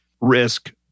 risk